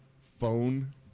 phone